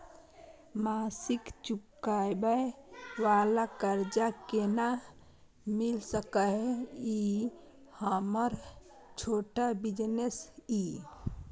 मासिक चुकाबै वाला कर्ज केना मिल सकै इ हमर छोट बिजनेस इ?